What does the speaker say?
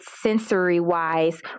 sensory-wise